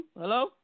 Hello